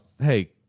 hey